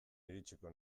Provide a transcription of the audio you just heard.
iritsiko